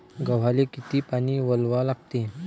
गव्हाले किती पानी वलवा लागते?